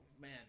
man